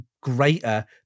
greater